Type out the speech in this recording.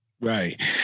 Right